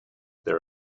there